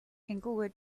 inglewood